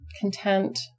content